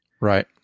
Right